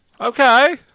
okay